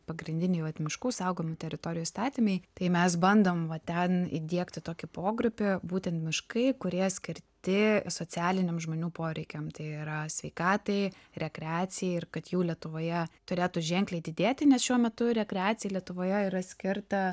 pagrindiniai vat miškų saugomų teritorijų įstatymai tai mes bandom va ten įdiegti tokį pogrupį būtent miškai kurie skirti socialiniam žmonių poreikiam tai yra sveikatai rekreacijai ir kad jų lietuvoje turėtų ženkliai didėti nes šiuo metu rekreacijai lietuvoje yra skirta